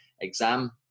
exam